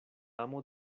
amo